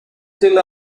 still